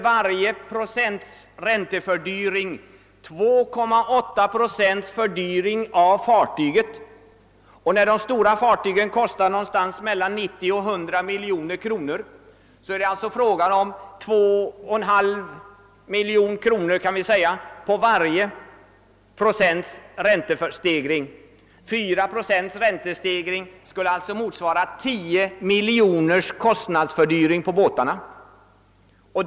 Eftersom 1 procents räntestegring medför 2,8 procents fördyring av fartyget och de stora fartygen kostar mellan 90 och 100 miljoner kronor, medför varje procents räntestegring en fördyring med omkring 2,5 miljoner kronor. En räntestegring med 4 procent skulle alltså motsvara en fördyring av båten med 10 miljoner.